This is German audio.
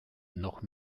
noch